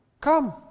Come